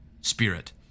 spirit